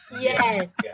Yes